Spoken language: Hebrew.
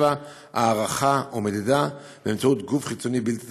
7. הערכה ומדידה באמצעות גוף חיצוני בלתי תלוי.